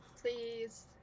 Please